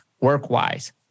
work-wise